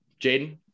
Jaden